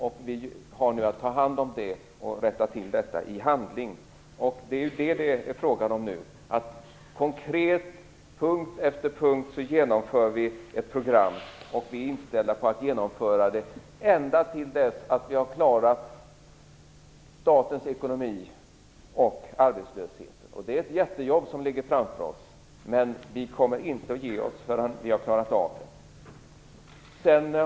Vi har nu att ta hand om detta och rätta till det i handling. Nu är det fråga om att konkret punkt efter punkt genomföra ett program. Vi är inställda på att genomföra det ända till dess vi har klarat statens ekonomi och arbetslösheten. Det är ett jättejobb som ligger framför oss. Men vi kommer inte att ge oss förrän vi har klarat av det.